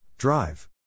Drive